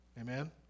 Amen